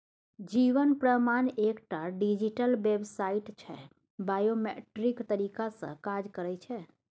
जीबन प्रमाण एकटा डिजीटल बेबसाइट छै बायोमेट्रिक तरीका सँ काज करय छै